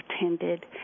attended